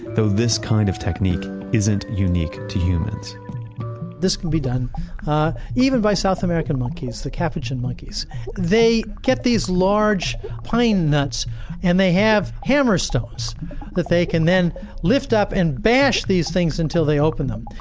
though this kind of technique isn't unique to humans this could be done even by south american monkeys, the capuchin monkeys they get these large pine nuts and they have hammerstones that they can then lift up and bash these things until they open up,